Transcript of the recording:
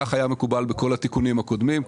כך היה מקובל בכל התיקונים הקודמים,